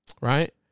right